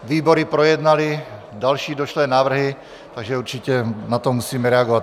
Výbory projednaly další došlé návrhy, takže určitě na to musíme reagovat.